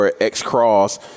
X-Cross